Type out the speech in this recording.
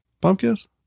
Pumpkins